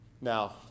Now